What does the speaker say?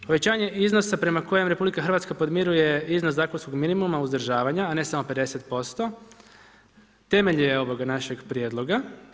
Povećanje iznosa prema kojem RH podmiruje iznos zakonskog minimuma uzdržavanja a ne samo 50% temelj je ovog našeg prijedloga.